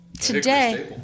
today